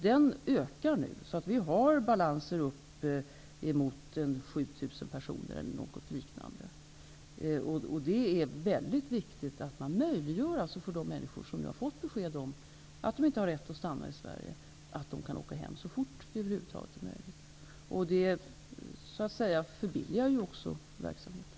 De ökar nu. Vi har balanser upp mot 7 000 personer eller något liknande. Det är väldigt viktigt att man möjliggör för de människor som har fått besked om att de inte har rätt att stannna i Sverige att åka hem så fort som det över huvud taget är möjligt. Det förbilligar också verksamheten.